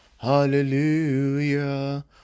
hallelujah